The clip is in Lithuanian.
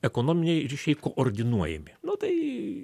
ekonominiai ryšiai koordinuojami nu tai